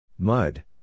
Mud